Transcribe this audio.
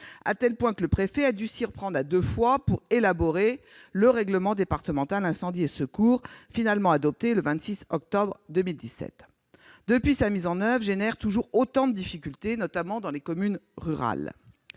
À tel point que le préfet a dû s'y reprendre à deux fois pour élaborer le règlement départemental incendie et secours, finalement adopté le 26 octobre 2017. Depuis, sa mise en oeuvre crée toujours autant de difficultés, notamment dans les communes rurales.